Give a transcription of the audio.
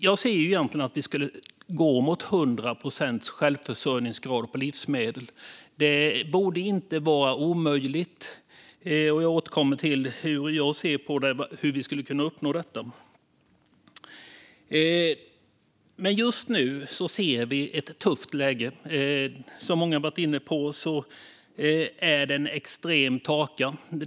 Jag ser egentligen att vi skulle gå mot 100 procents självförsörjningsgrad för livsmedel. Det borde inte vara omöjligt. Jag återkommer till hur jag ser på hur vi skulle kunna uppnå detta. Just nu ser vi dock ett tufft läge. Som många har varit inne på är det en extrem torka.